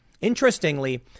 Interestingly